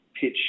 pitch